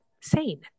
sane